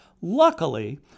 Luckily